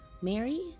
Mary